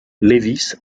lévis